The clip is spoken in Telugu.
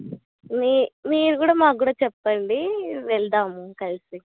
మీ మీరు కూడా మాకు కూడా చెప్పండి వెళదాం కలిసి